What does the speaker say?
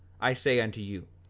i say unto you,